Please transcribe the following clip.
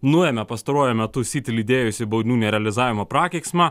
nuėmė pastaruoju metu city lydėjusį baudinių nerealizavimo prakeiksmą